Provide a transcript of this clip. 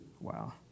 Wow